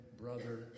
brother